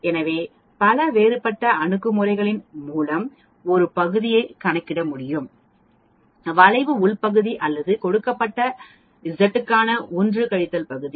எனவே பல வேறுபட்ட அணுகுமுறைகளின் மூலம் ஒரு பகுதியைக் கணக்கிட முடியும் வளைவு உள் பகுதி அல்லது கொடுக்கப்பட்ட Z க்கான 1 கழித்தல் பகுதி